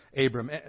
Abram